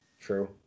True